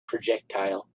projectile